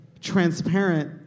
transparent